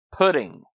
pudding